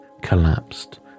collapsed